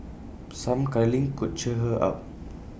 some cuddling could cheer her up